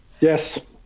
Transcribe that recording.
Yes